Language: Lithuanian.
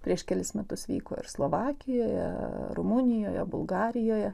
prieš kelis metus vyko ir slovakijoje rumunijoje bulgarijoje